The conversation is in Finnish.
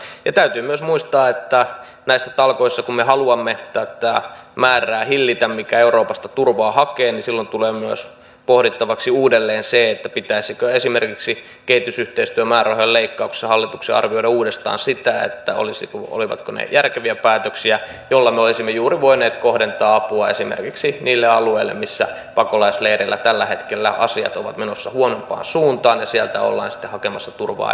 täytyy myös muistaa että näissä talkoissa kun me haluamme hillitä tätä määrää mikä euroopasta turvaa hakee silloin tulee myös pohdittavaksi uudelleen se pitäisikö esimerkiksi kehitysyhteistyömäärärahojen leikkauksessa hallituksen arvioida uudestaan sitä olivatko ne järkeviä päätöksiä joilla me olisimme juuri voineet kohdentaa apua esimerkiksi niille alueille missä pakolaisleireillä tällä hetkellä asiat ovat menossa huonompaan suuntaan ja mistä ollaan sitten hakemassa turvaa euroopasta